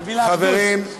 חברים.